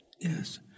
Yes